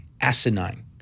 asinine